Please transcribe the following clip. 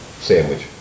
sandwich